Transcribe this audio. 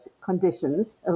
conditions